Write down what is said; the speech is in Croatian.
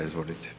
Izvolite.